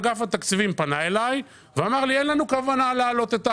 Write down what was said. אגף התקציבים פנה אליי ואמר לי: אין לנו כוונה להעלות את הארנונה,